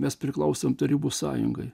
mes priklausom tarybų sąjungai